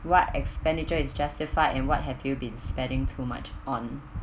what expenditure is justified and what have you been spending too much on